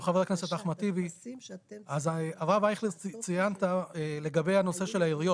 הרב אייכלר, ציינת לגבי הנושא של העיריות.